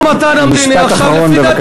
המשא-ומתן המדיני עכשיו, משפט אחרון, בבקשה.